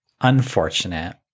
Unfortunate